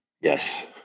Yes